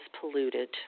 polluted